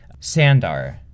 Sandar